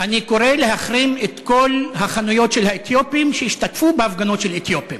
אני קורא להחרים את כל החנויות של האתיופים שהשתתפו בהפגנות של אתיופים.